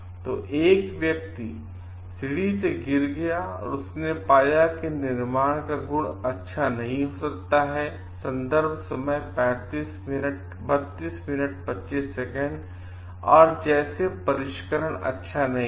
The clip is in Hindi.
तो एक व्यक्ति सीढ़ी से गिर गया और उसने पाया कि निर्माण का गुण अच्छा नहीं हो सकता है और जैसे परिष्करण अच्छा नहीं है